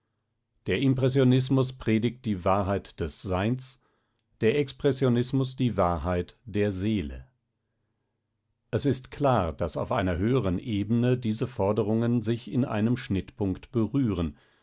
der impressionismus predigt die wahrheit des seins der expressionismus die wahrheit der seele es ist klar daß auf einer höheren ebene diese forderungen sich in einem schnittpunkt berühren